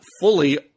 fully